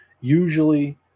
usually